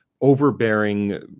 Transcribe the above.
overbearing